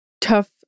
tough